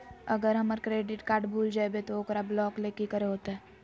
अगर हमर credit card भूल जइबे तो ओकरा ब्लॉक लें कि करे होते?